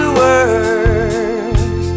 words